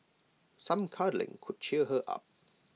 some cuddling could cheer her up